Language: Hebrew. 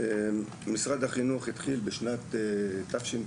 משרד החינוך החל בשנה שעברה